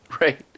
Right